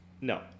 No